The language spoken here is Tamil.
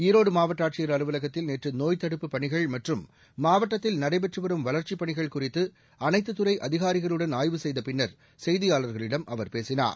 ஈரோடு மாவட்ட ஆட்சியர் அலுவலகத்தில் நேற்று நோய்த் தடுப்புப் பணிகள் மற்றும் மாவட்டத்தில் நடைபெற்று வரும் வளர்ச்சிப் பணிகள் குறித்து அனைத்துத் துறை அதிகாரிகளுடன் ஆய்வு செய்த பின்னர் செய்தியாளர்களிடம் அவர் பேசினார்